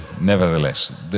Nevertheless